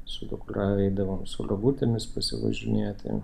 su dukra eidavom su rogutėmis pasivažinėti